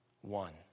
One